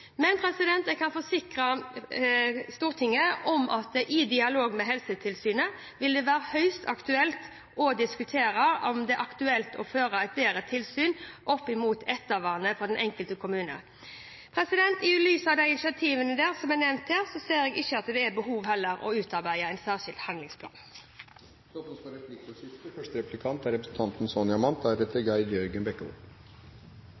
Men jeg kan forsikre Stortinget om at i dialogen med Helsetilsynet vil det drøftes om det er aktuelt å føre et bedre tilsyn opp mot ettervernet i den enkelte kommune. I lys av disse initiativene som er nevnt her, ser jeg ikke at det er behov for å utarbeide en særskilt handlingsplan. Det åpnes for replikkordskifte. Statsråden var inne på at skolegang er